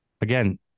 again